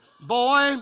boy